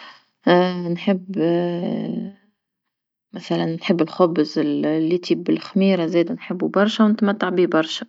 نحب مثلا نحب الخبز الل- اللي يطيب بالخميرة زادة نحبو برشا ونتمتع بيه برشا.